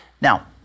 Now